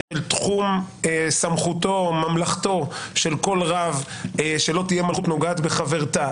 של תחום סמכותו או ממלכתו של כל רב שלא תהיה מלכות נוגעת בחברתה,